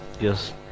Yes